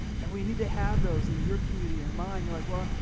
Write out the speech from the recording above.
and we need to have those in your community, in mine, you're like well,